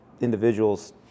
individuals